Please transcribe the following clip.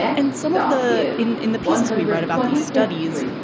and some of the in in the pieces we write about these studies,